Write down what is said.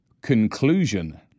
Conclusion